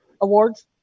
awards